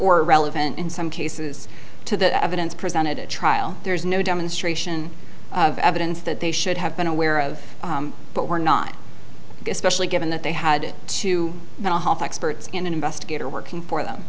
or relevant in some cases to the evidence presented at trial there's no demonstration of evidence that they should have been aware of but were not especially given that they had to the health experts in an investigator working for them